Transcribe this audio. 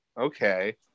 Okay